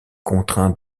contraint